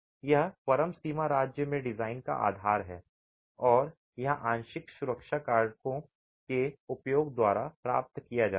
यह परम सीमा राज्य में डिजाइन का आधार है और यह आंशिक सुरक्षा कारकों के उपयोग द्वारा प्राप्त किया जाता है